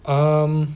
um